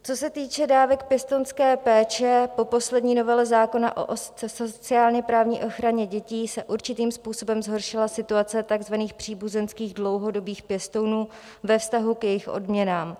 Co se týče dávek pěstounské péče, po poslední novele zákona o sociálněprávní ochraně dětí se určitým způsobem zhoršila situace takzvaných příbuzenských dlouhodobých pěstounů ve vztahu k jejich odměnám.